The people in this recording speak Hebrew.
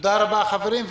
תודה רבה חברים,